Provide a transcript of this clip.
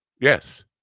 Yes